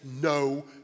no